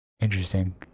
interesting